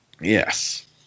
Yes